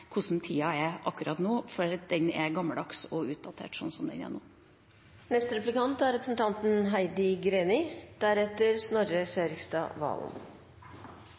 hvordan tida er akkurat nå, for den er gammeldags og utdatert sånn som den er nå. Venstre vil prioritere å gjøre statsbudsjettet grønnere, forstår jeg på uttalelsene fra Venstres talsperson i forkant av framleggelsen. Det er